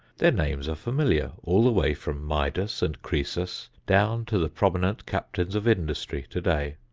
their names are familiar, all the way from midas and croesus down to the prominent captains of industry today.